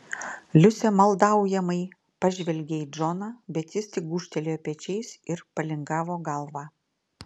liusė maldaujamai pažvelgė į džoną bet jis tik gūžtelėjo pečiais ir palingavo galvą